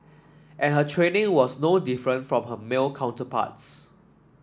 and her training was no different from her male counterparts